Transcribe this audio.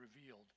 revealed